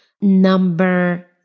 Number